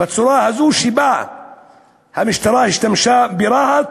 לא בצורה הזו שבה השתמשה המשטרה ברהט,